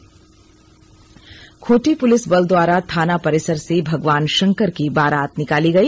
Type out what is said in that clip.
शिव बारात खूंटी पुलिस बल द्वारा थाना परिसर से भगवान शंकर की बारात निकाली गई